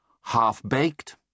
Half-baked